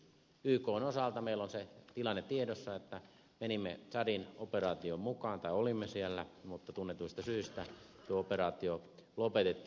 ykn osalta meillä on se tilanne tiedossa että menimme tsadin operaatioon mukaan tai olimme siellä mutta tunnetuista syistä tuo operaatio lopetettiin